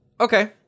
Okay